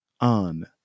on